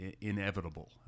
inevitable